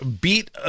beat